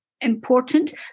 important